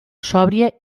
sòbria